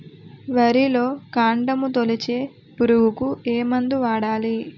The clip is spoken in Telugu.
వరిలో కాండము తొలిచే పురుగుకు ఏ మందు వాడాలి?